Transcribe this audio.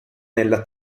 nella